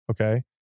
okay